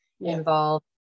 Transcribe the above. involved